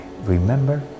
Remember